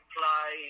play